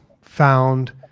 found